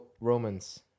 Romans